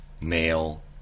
male